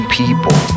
people